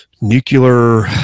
nuclear